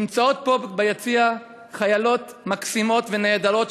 נמצאות פה ביציע חיילות מקסימות ונהדרות,